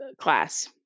class